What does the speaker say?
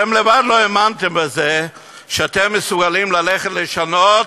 אתם עצמכם לא האמנתם שאתם מסוגלים ללכת לשנות